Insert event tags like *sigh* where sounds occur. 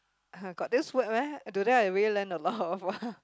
*laughs* got this word meh today I really learn *laughs* a lot of word